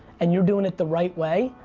and you're doing it the right way